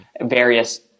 Various